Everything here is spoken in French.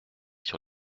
sur